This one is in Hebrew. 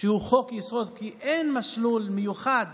שהוא חוק-יסוד, כי אין מסלול מיוחד